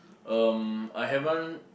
um I haven't